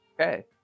Okay